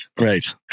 Right